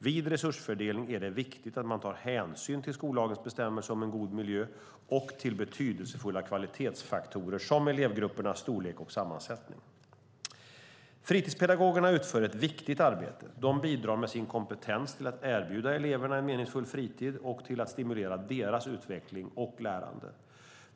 Vid resursfördelning är det viktigt att man tar hänsyn till skollagens bestämmelse om en god miljö och till betydelsefulla kvalitetsfaktorer som elevgruppernas storlek och sammansättning. Fritidspedagogerna utför ett viktigt arbete. De bidrar med sin kompetens till att erbjuda eleverna en meningsfull fritid och till att stimulera deras utveckling och lärande.